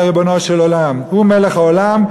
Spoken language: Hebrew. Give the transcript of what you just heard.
אלא ריבונו של עולם הוא מלך העולם,